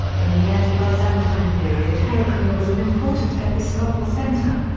in the early byzantine period heraclea was an important episcopal centre.